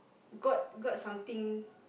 got got something